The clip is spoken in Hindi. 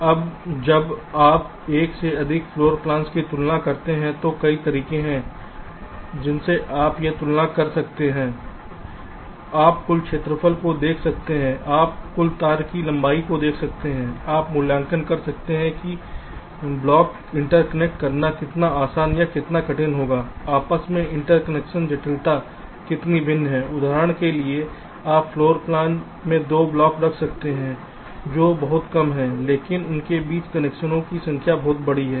अब जब आप एक से अधिक फ्लोर प्लांस की तुलना करते हैं तो कई तरीके हैं जिनसे आप यह तुलना कर सकते हैं आप कुल क्षेत्रफल को देख सकते हैं आप कुल तार की लंबाई को देख सकते हैं आप मूल्यांकन कर सकते हैं कि ब्लॉक इंटरकनेक्ट करना कितना आसान या कितना कठिन होगा आपस में इंटरकनेक्शन जटिलता कितनी भिन्न है उदाहरण के लिए आप फ्लोर प्लान में दो ब्लॉकों रख सकते हैं जो बहुत कम हैं लेकिन उनके बीच कनेक्शन की संख्या बहुत बड़ी है